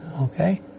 Okay